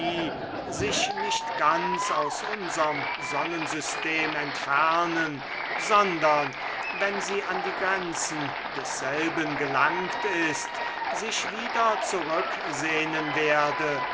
sich nicht ganz aus unserm sonnensystem entfernen sondern wenn sie an die grenze desselben gelangt ist sich wieder zurücksehnen werde